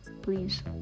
please